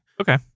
Okay